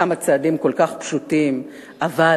כמה צעדים כל כך פשוטים ומתבקשים,